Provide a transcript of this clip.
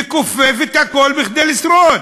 יכופף את הכול כדי לשרוד.